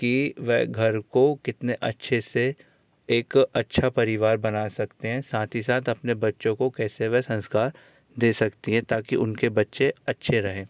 कि वह घर को कितने अच्छे से एक अच्छा परिवार बना सकते हैं साथ ही साथ अपने बच्चों को कैसे वह संस्कार दे सकती हैं ताकि उनके बच्चे अच्छे रहें